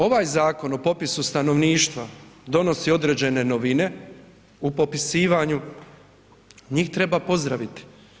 Ovaj zakon o popisu stanovništva donosi određene novine u popisivanju, njih treba pozdraviti.